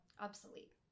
obsolete